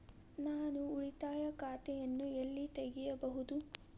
ನಾನು ಉಳಿತಾಯ ಖಾತೆಯನ್ನು ಎಲ್ಲಿ ತೆರೆಯಬಹುದು?